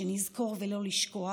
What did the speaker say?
כדי שנזכור ולא נשכח,